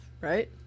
right